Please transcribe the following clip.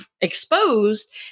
exposed